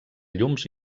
llums